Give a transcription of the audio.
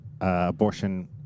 abortion